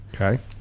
Okay